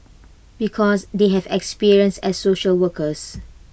because they have experience as social workers